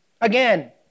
Again